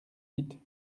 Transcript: huit